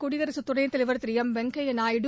குடியரசு துணைத்தலைவர் திரு வெங்கையா நாயுடு